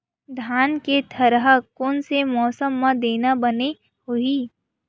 धान के थरहा कोन से मौसम म देना बने होही?